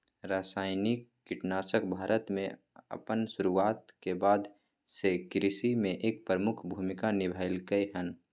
रासायनिक कीटनाशक भारत में अपन शुरुआत के बाद से कृषि में एक प्रमुख भूमिका निभलकय हन